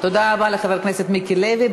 תודה רבה לחבר הכנסת מיקי לוי.